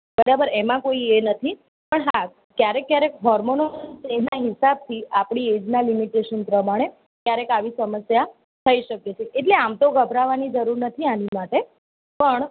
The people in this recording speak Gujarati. બરાબર એમાં કોઈ એ નથી પણ હા ક્યારેક ક્યારેક હોર્મોનો એના હિસાબથી આપણી એજના લિમિટેશન પ્રમાણે ક્યારેક આવી સમસ્યા થઈ શકે છે એટલે આમ તો ગભરાવવાની જરૂર નથી આની માટે પણ